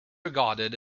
regarded